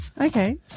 Okay